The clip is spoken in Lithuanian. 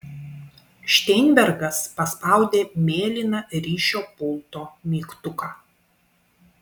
šteinbergas paspaudė mėlyną ryšio pulto mygtuką